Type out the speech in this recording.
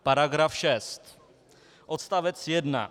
§ 6 odst. 1.